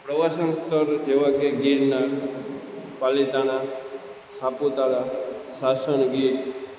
પ્રવાસન સ્થળ જેવા કે ગિરનાર પાલીતાણા સાપુતારા સાસણ ગીર